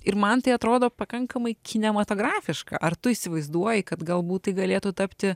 ir man tai atrodo pakankamai kinematografiška ar tu įsivaizduoji kad galbūt tai galėtų tapti